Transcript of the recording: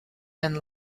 and